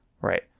Right